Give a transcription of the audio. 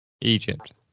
Egypt